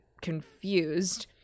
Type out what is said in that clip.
confused